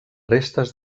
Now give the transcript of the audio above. restes